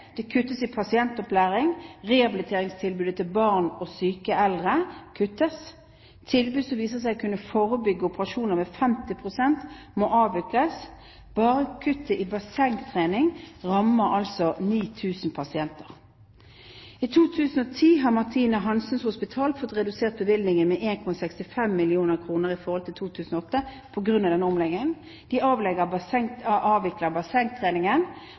Det kuttes i pasientopplæring. Rehabiliteringstilbudet til barn og syke eldre kuttes. Tilbud som viser seg å kunne forebygge operasjoner med 50 pst., må avbrytes. Bare kuttet i bassengtrening rammer 9 000 pasienter. I 2010 har Martina Hansens Hospital fått redusert bevilgningene med 1,65 mill. kr i forhold til i 2008 på grunn av denne omleggingen. De avvikler bassengtreningen, og de kutter i poliklinisk fysioterapi. Røros sykehus avvikler bassengtreningen,